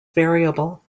variable